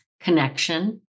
connection